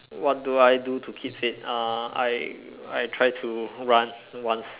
what do I do to keep fit uh I I try to run once